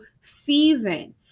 season